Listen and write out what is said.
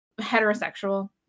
heterosexual